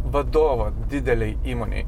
vadovą didelei įmonei